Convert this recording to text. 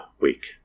week